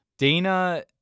Dana